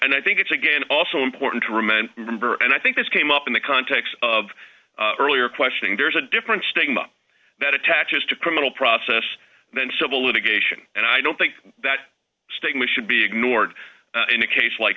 and i think it's again also important to remand remember and i think this came up in the context of earlier questioning there's a different stigma that attaches to criminal process and civil litigation and i don't think that stigma should be ignored in a case like